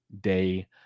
day